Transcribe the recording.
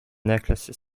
necklaces